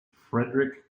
friedrich